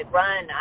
run